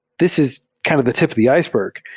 this is kind of the tip of the iceberg.